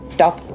Stop